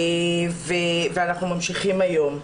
ואנחנו ממשיכים גם היום.